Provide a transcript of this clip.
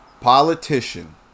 politician